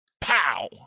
pow